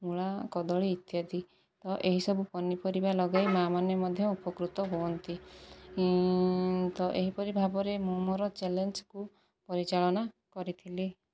ମୂଳା କଦଳୀ ଇତ୍ୟାଦି ତ ଏହିସବୁ ପନିପରିବା ଲଗାଇ ମାଆମାନେ ମଧ୍ୟ ଉପକୃତ ହୁଅନ୍ତି ତ ଏହିପରି ଭାବରେ ମୁଁ ମୋ'ର ଚ୍ୟାଲେଞ୍ଜକୁ ପରିଚାଳନା କରିଥିଲି